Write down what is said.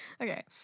Okay